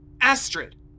Astrid